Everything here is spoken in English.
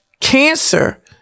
cancer